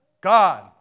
God